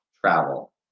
travel